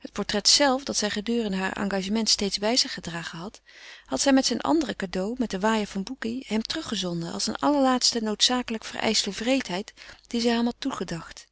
het portret zelve dat zij gedurende haar engagement steeds bij zich gedragen had had zij met zijne andere cadeaux met den waaier van bucchi hem teruggezonden als eene allerlaatste noodzakelijk vereischte wreedheid die zij hem had toegebracht